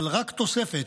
אבל רק תוספת